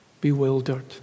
bewildered